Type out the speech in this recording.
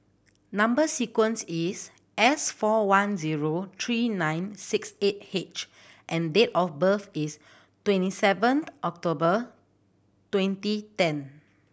number sequence is S four one zero three nine six eight H and date of birth is twenty seventh October twenty ten